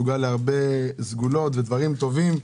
מסוגל להרבה סגולות ודברים טובים.